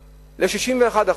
ל-61%.